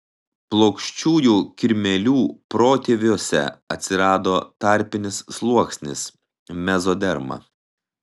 plokščiųjų kirmėlių protėviuose atsirado tarpinis sluoksnis mezoderma